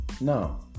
Now